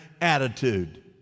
attitude